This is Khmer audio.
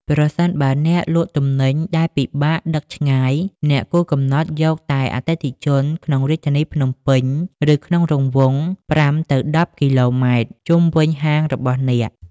ប្រសិនបើអ្នកលក់ទំនិញដែលពិបាកដឹកឆ្ងាយ អ្នកគួរកំណត់យកតែអតិថិជនក្នុង រាជធានីភ្នំពេញ ឬក្នុង រង្វង់ ៥-១០ គីឡូម៉ែត្រ ជុំវិញហាងរបស់អ្នក។